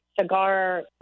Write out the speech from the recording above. cigar